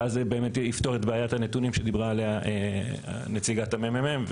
ואז זה באמת יפתור את בעיית הנתונים שדיברה עליה נציגת ה-ממ"מ,